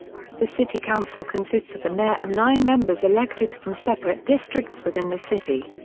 the city council consists of the mayor and nine members elected from separate districts within the city.